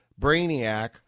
brainiac